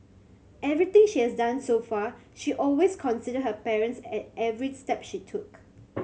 everything she has done so far she always considered her parents at every step she took